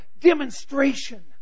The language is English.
demonstration